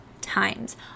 times